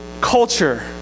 culture